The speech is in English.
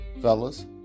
fellas